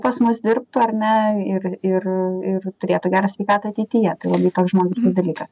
pas mus dirbtų ar ne ir ir ir turėtų gerą sveikatą ateityje tai labai toks žmogiškas dalykas